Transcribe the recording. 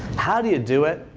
how do you do it?